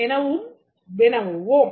எனவும் வினவுவோம்